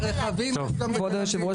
רכבים יש גם בתל אביב.